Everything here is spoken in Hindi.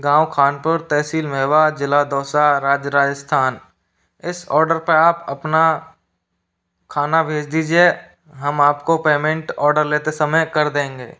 गाँव ख़ानपुर तहसील मेवा ज़िला दौसा राज्य राजस्थान इस ऑर्डर पर आप अपना खाना भेज दीजिए हम आप को पेमेंट ऑर्डर लेते समय कर देंगे